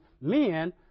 men